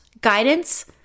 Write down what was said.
guidance